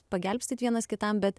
pagelbstit vienas kitam bet